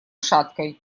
шаткой